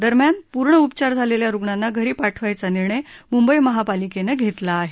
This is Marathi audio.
दरम्यान पूर्ण उपचार झालेल्या रुग्णांना घरी पाठवायचा निर्णय मुंबई महापालिकेनं घेतला आहे